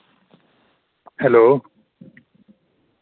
hello